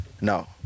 No